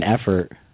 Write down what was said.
effort